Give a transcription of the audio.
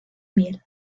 miel